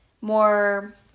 more